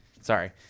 sorry